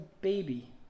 baby